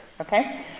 okay